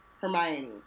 Hermione